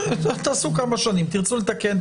תעשו כמה שנים תרצו לתקן?